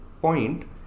point